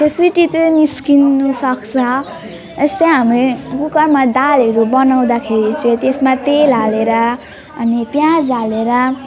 त्यो सिटी चाहिँ निस्किनसक्छ यस्तै हामी कुकरमा दालहरू बनाउँदाखेरि चाहिँ त्यसमा तेल हालेर अनि प्याज हालेर